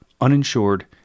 uninsured